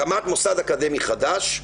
הקמת מוסד אקדמי חדש,